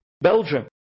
Belgium